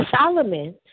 Solomon